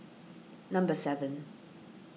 number seven